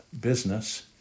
business